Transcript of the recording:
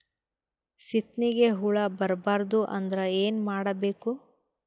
ಸೀತ್ನಿಗೆ ಹುಳ ಬರ್ಬಾರ್ದು ಅಂದ್ರ ಏನ್ ಮಾಡಬೇಕು?